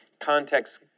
context